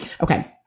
Okay